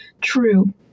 true